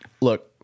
look